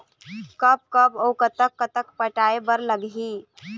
कब कब अऊ कतक कतक पटाए बर लगही